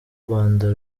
rwanda